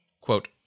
quote